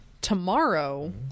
tomorrow